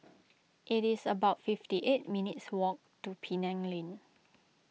it is about fifty eight minutes' walk to Penang Lane